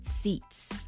seats